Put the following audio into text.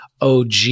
OG